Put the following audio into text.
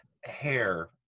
hair